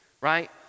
right